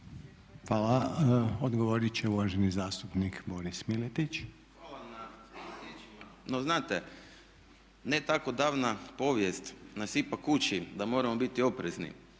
Hvala. Odgovorit će uvaženi zastupnik Boris Miletić. **Miletić, Boris (IDS)** Znate, ne tako davna povijest nas ipak uči da moramo biti oprezni.